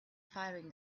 firing